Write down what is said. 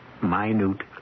minute